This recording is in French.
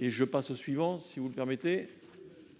Et je passe au suivant, si vous le permettez.